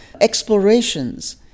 explorations